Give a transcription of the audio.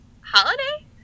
holiday